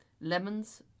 lemons